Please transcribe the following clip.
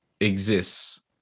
exists